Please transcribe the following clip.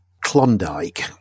klondike